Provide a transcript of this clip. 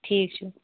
ٹھیٖک چھُ